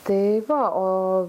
tai va o